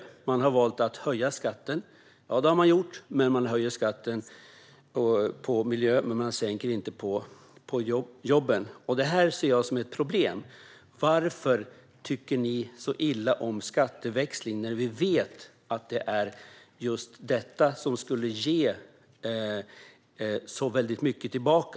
Regeringen har valt att höja skatten, och man höjer då skatten på miljöområdet men sänker den inte på jobben. Det här ser jag som ett problem. Varför tycker ni så illa om skatteväxling, Matilda Ernkrans, när vi vet att det är just detta som skulle ge väldigt mycket tillbaka?